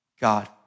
God